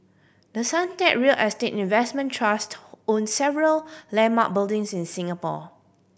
the Suntec real estate investment trust owns several landmark buildings in Singapore